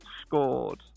scored